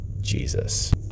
Jesus